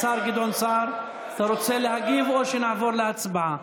השר גדעון סער, אתה רוצה להגיב או שנעבור להצבעה?